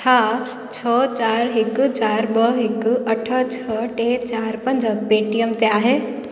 छा छह चारि हिकु चारि ॿ हिकु अठ छह टे चारि पंज पेटीएम ते आहे